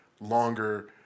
longer